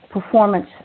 Performance